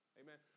amen